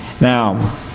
Now